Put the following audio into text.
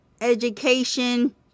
education